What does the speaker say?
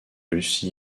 russe